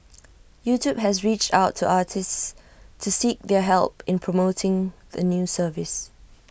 YouTube has reached out to artists to seek their help in promoting the new service